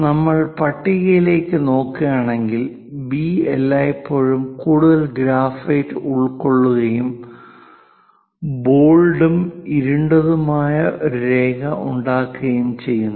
നമ്മൾ പട്ടികയിലേക്ക് നോക്കുകയാണെങ്കിൽ ബി എല്ലായ്പ്പോഴും കൂടുതൽ ഗ്രാഫൈറ്റ് ഉൾക്കൊള്ളുകയും ബോൾഡും ഇരുണ്ടതുമായ ഒരു രേഖ ഉണ്ടാക്കുകയും ചെയ്യുന്നു